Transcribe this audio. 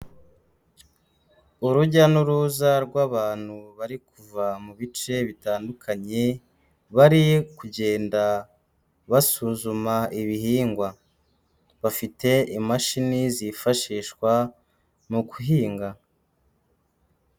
Urujya n'uruza rw'abantu bari kuva mu bice bitandukanye, bari kugenda basuzuma ibihingwa, bafite imashini zifashishwa mu guhinga.